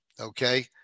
Okay